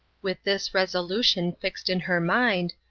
with this resolution fixed in her mind,